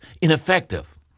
ineffective